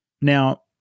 Now